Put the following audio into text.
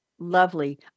Lovely